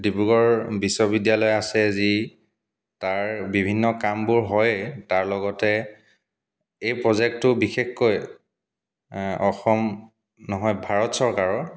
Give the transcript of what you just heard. ডিব্ৰুগড় বিশ্ববিদ্যালয় আছে যি তাৰ বিভিন্ন কামবোৰ হয় তাৰ লগতে এই প্ৰকজেক্টটো বিশেষকৈ অসম নহয় ভাৰত চৰকাৰৰ